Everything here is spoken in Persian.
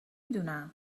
دونم